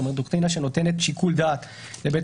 כלומר דוקטרינה שנותנת שיקול דעת לבית